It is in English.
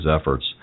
efforts